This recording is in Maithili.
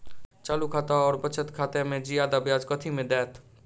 चालू खाता आओर बचत खातामे जियादा ब्याज कथी मे दैत?